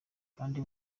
kandi